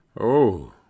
Oh